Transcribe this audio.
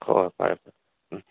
ꯍꯣꯏ ꯍꯣꯏ ꯐꯔꯦ ꯐꯔꯦ ꯎꯝ